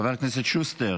חבר הכנסת שוסטר